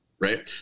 Right